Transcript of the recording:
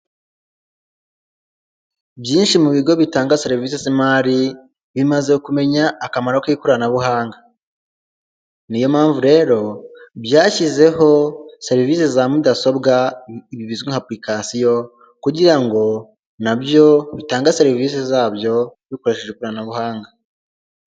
Byinshi mu bigo bitanga serivisi z'imari bimaze kumenya k'ikoranabuhanga, niyo mpamvu rero byashyizeho serivisi za mudasobwa bizwi nka apurikasiyo kugira no nabyo bitanga serivisi zabyo bikoresheje ikoranabuhanga.